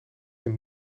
een